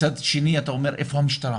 מצד שני אתה אומר, איפה המשטרה?